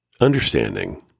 understanding